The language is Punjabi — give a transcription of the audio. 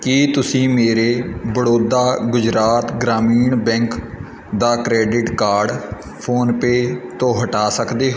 ਕੀ ਤੁਸੀਂਂ ਮੇਰੇ ਬੜੌਦਾ ਗੁਜਰਾਤ ਗ੍ਰਾਮੀਣ ਬੈਂਕ ਦਾ ਕਰੇਡਿਟ ਕਾਰਡ ਫੋਨਪੇ ਤੋਂ ਹਟਾ ਸਕਦੇ